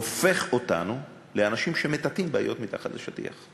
הופך אותנו לאנשים שמטאטאים בעיות מתחת לשטיח.